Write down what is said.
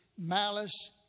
malice